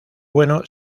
bueno